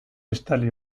estali